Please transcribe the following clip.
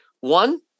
One